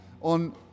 on